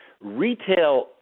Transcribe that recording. Retail